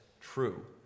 true